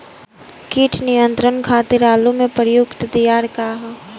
कीट नियंत्रण खातिर आलू में प्रयुक्त दियार का ह?